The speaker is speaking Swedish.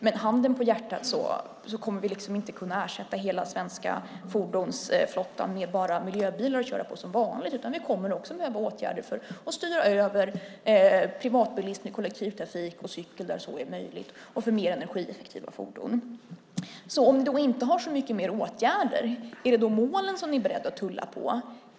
Men med handen på hjärtat kommer vi inte att kunna ersätta hela svenska fordonsflottan med bara miljöbilar och köra på som vanligt, utan det kommer att behövas fler åtgärder för att styra över privatbilism till kollektivtrafik och cykel där så är möjligt och få mer energieffektiva fordon. Om ni inte har så mycket fler åtgärder, är det då målen som ni är beredda att tulla på?